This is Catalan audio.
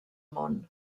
món